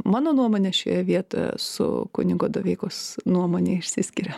mano nuomonė šioje vietoje su kunigo doveikos nuomone išsiskiria